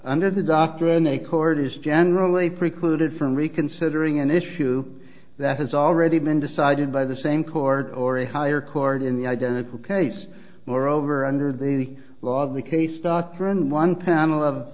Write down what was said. under the doctrine a court is generally precluded from reconsidering an issue that has already been decided by the same court or a higher court in the identical case moreover under the law the case start for in one panel of